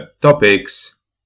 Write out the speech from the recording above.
topics